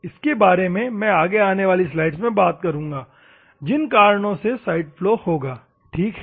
इसके बारे में मैं आगे आने वाली स्लाइड्स में बात करूँगा जिन कारणों से साइड फ्लो होगा ठीक है